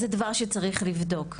זה דבר שצריך לבדוק,